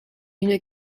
une